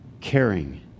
caring